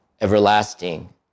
everlasting